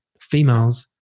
females